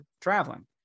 traveling